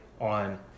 on